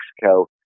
Mexico